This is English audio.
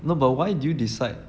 no but why did you decide